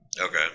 Okay